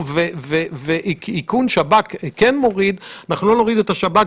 אותו, יורידו בהכרח את הרצון של הציבור להיכנס.